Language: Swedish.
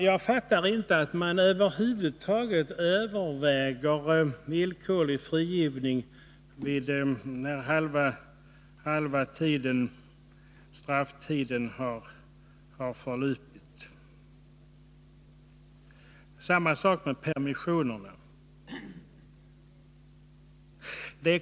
Jag fattar inte att man över huvud taget överväger villkorlig frigivning redan när halva strafftiden har förlupit. Detsamma gäller om korttidspermissionerna.